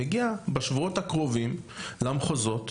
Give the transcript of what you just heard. מגיעה בשבועות הקרובים למחוזות,